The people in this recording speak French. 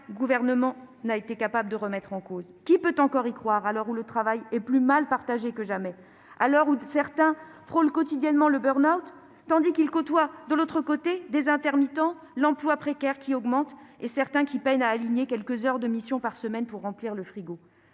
gouvernement n'a été capable de remettre en cause. Qui peut encore y croire à l'heure où le travail est plus mal partagé que jamais, et que certains, qui frôlent quotidiennement le burn-out, côtoient des intermittents de l'emploi précaire- en augmentation -, peinant à aligner quelques heures de missions par semaine pour remplir le frigo